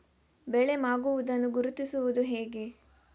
ಬೆಳೆ ಮಾಗುವುದನ್ನು ಗುರುತಿಸುವುದು ಹೇಗೆ?